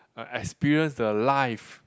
uh experience the life